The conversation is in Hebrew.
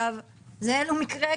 זה מקרה קיצון.